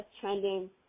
trending